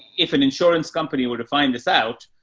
if an insurance company were to find this out,